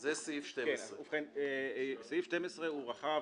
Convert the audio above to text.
זה סעיף 12. סעיף 12 הוא רחב